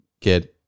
kid